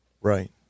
Right